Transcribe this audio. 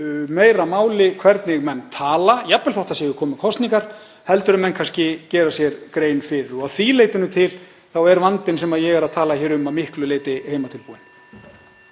meira máli hvernig menn tala, jafnvel þótt það séu að koma kosningar, en menn kannski gera sér grein fyrir. Að því leyti til er vandinn sem ég er að tala um að miklu leyti heimatilbúinn.